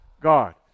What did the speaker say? God